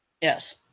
Yes